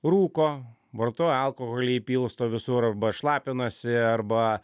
rūko vartoja alkoholį jį pilsto visur arba šlapinasi arba